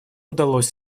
удалось